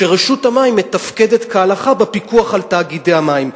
שרשות המים מתפקדת כהלכה בפיקוח על תאגידי המים.